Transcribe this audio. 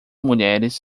mulheres